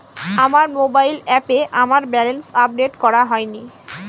আমার মোবাইল অ্যাপে আমার ব্যালেন্স আপডেট করা হয়নি